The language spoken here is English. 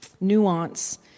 nuance